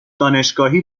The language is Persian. دانشگاهی